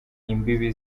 imbibi